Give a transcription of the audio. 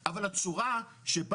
אבל אל דאגה,